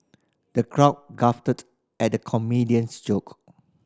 the crowd guffawed at the comedian's joke